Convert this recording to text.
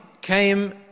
came